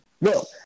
No